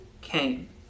came